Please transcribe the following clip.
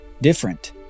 different